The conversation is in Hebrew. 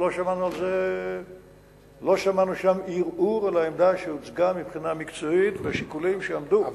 ולא שמענו שם ערעור על העמדה שהוצגה מבחינה מקצועית בשיקולים שעמדו.